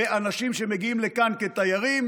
באנשים שמגיעים לכאן כתיירים.